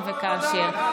אם וכאשר.